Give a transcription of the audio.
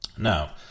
Now